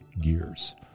gears